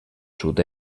sud